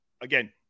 again